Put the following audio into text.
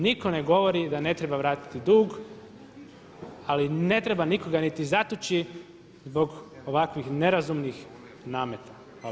Nitko ne govori da ne treba vratiti dug, ali ne treba nikoga niti zatući zbog ovakvih nerazumnih nameta.